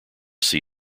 see